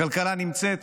הכלכלה נמצאת